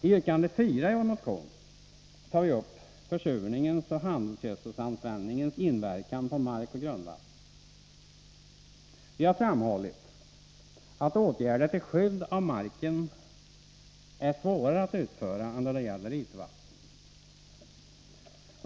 I yrkande 4 i vår motion tar vi upp försurningens och handelsgödselanvändningens inverkan på mark och grundvatten. Vi har framhållit att åtgärder till skydd för marken är svårare att utföra än då det gäller ytvattnet.